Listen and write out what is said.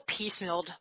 piecemealed